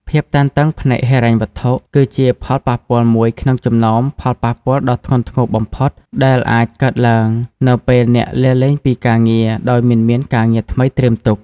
ភាពតានតឹងផ្នែកហិរញ្ញវត្ថុ គឺជាផលប៉ះពាល់មួយក្នុងចំណោមផលប៉ះពាល់ដ៏ធ្ងន់ធ្ងរបំផុត ដែលអាចកើតឡើងនៅពេលអ្នកលាលែងពីការងារដោយមិនមានការងារថ្មីត្រៀមទុក។